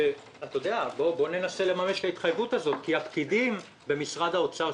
בואו ננסה לממש את ההתחייבות הזאת כי הפקידים במשרד האוצר,